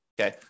Okay